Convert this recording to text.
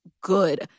good